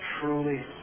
truly